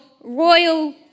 royal